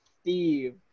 Steve